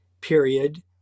period